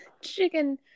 Chicken